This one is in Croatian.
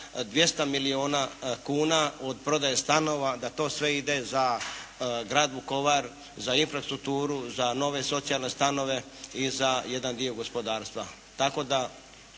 200 milijuna kuna od prodaje stanova da to sve ide za grad Vukovar, za infrastrukturu, za nove socijalne stanove i za jedan dio gospodarstva.